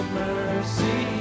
mercy